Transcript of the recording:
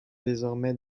désormais